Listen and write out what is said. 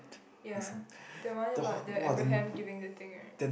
ya that one about the Abraham giving the thing right